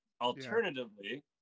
Alternatively